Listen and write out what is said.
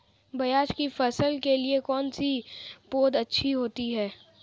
प्याज़ की फसल के लिए कौनसी पौद अच्छी होती है?